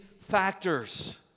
factors